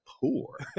poor